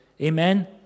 Amen